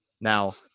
Now